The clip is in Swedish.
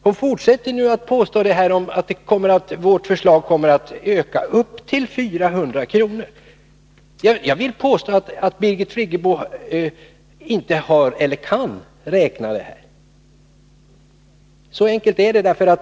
Hon fortsätter att påstå att vårt förslag innebär en kostnadsökning på upp till 400 kr. Jag vill påstå att Birgit Friggebo inte kan räkna fram det här — så enkelt är det.